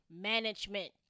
management